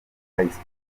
batunguye